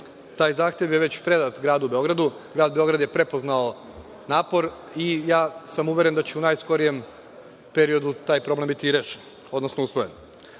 Taj zahtev je predat Gradu Beograd. Grad Beograd je prepoznao napor i uveren sam da će u najskorijem periodu taj problem biti rešen, odnosno usvojen.